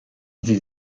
sie